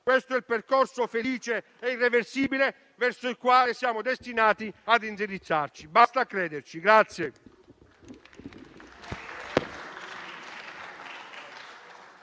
Questo è il percorso felice e irreversibile verso il quale siamo destinati ad indirizzarci, basta crederci.